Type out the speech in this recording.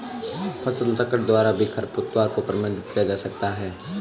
फसलचक्र द्वारा भी खरपतवार को प्रबंधित किया जा सकता है